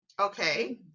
okay